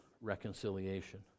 reconciliation